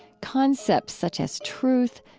concepts such as truth,